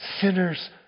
Sinners